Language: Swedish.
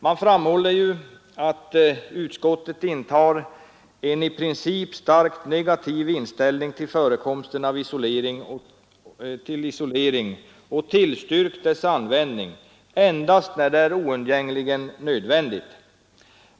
Man framhåller att utskottet intar en i princip starkt negativ inställning till förekomsten av isolering och tillstyrkt dess användning ”endast när det är oundgängligen nödvändigt”.